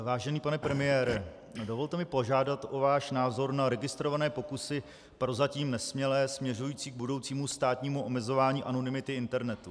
Vážený pane premiére, dovolte mi požádat o váš názor na registrované pokusy, prozatím nesmělé, směřující k budoucímu státnímu omezování anonymity internetu.